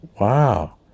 Wow